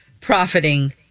profiting